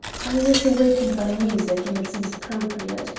i was awakened by music, and it seems appropriate.